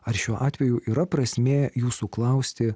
ar šiuo atveju yra prasmė jūsų klausti